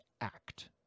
act